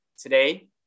today